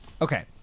Okay